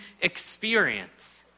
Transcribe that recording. experience